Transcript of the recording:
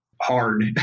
hard